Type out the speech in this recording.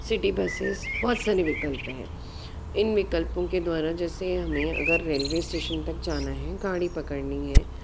city buses बहुत सारे विकल्प हैं इन विकल्पों के द्वारा जैसे हमें अगर रेलवे इस्टेशन तक जाना है गाड़ी पकड़नी है